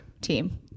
team